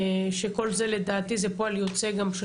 שכל זה לדעתי זה פועל יוצא גם של